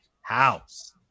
house